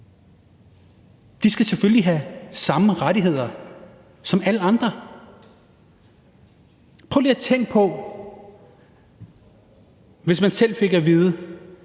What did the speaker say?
skal selvfølgelig have de samme rettigheder som alle andre. Prøv lige at tænke på, hvis man selv fik at vide,